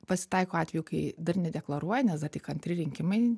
pasitaiko atvejų kai dar nedeklaruoja nes dar tik antri rinkimai